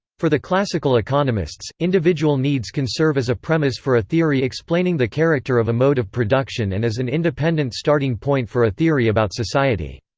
for the classical economists, individual needs can serve as a premise for a theory explaining the character of a mode of production and as an independent starting point for a theory about society.